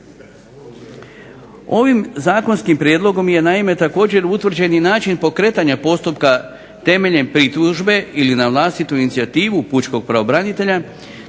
Ovim zakonskim prijedlogom je naime također utvrđen i način pokretanja postupka temeljem pritužbe ili na vlastitu inicijativu pučkog pravobranitelja